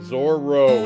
Zorro